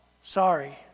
Sorry